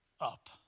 up